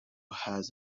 has